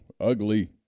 Ugly